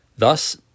Thus